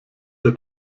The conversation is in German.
der